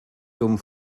dumm